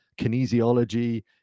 kinesiology